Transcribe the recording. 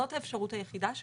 זאת האפשרות היחידה שלהם.